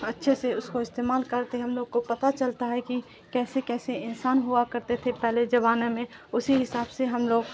اچھے سے اس کو استعمال کرتے ہم لوگ کو پتہ چلتا ہے کہ کیسے کیسے انسان ہوا کرتے تھے پہلے زمانے میں اسی حساب سے ہم لوگ